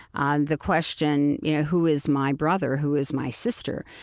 ah the question, you know, who is my brother? who is my sister?